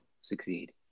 succeed